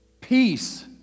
peace